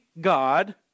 God